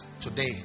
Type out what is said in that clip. today